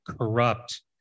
corrupt